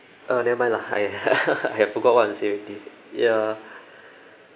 uh never mind lah I I forgot what I want to say already ya